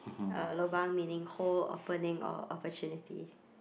uh lobang meaning hole opening or opportunity